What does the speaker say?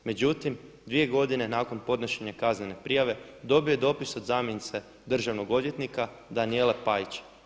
Međutim dvije godine nakon podnošenja kaznene prijave dobio je dopis od zamjenice državnog odvjetnika Danijele Pajić.